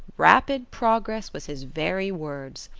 rapid progress was his very words.